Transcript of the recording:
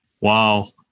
Wow